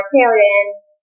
parents